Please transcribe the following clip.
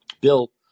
Bill